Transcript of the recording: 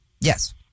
Yes